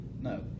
No